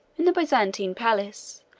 in the byzantine palace,